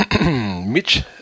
Mitch